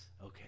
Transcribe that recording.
Okay